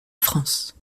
france